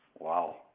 Wow